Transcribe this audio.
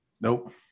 Nope